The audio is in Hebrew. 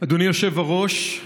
אדוני היושב-ראש,